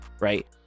right